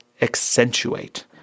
Accentuate